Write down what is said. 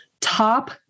Top